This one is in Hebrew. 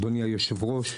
אדוני היושב ראש,